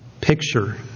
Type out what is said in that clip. picture